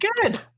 Good